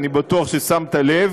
אני בטוח ששמת לב,